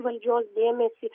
valdžios dėmesį